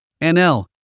NL